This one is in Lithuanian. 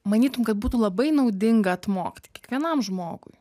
manytum kad būtų labai naudinga atmokti kiekvienam žmogui